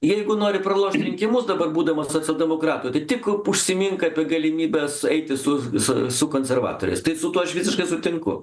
jeigu nori pralošt rinkimus dabar būdamas socialdemokratu tai tik užsimink apie galimybes eiti su su su konservatoriais tai su tuo aš visiškai sutinku